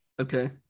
Okay